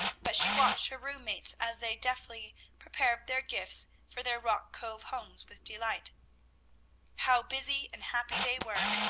but she watched her room-mates, as they deftly prepared their gifts for their rock cove homes, with delight how busy and happy they were!